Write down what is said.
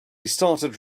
started